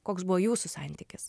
koks buvo jūsų santykis